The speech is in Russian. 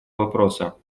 вопроса